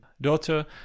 daughter